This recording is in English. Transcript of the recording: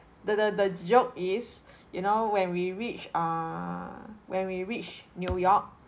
the the the joke is you know when we reached err when we reached new york